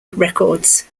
records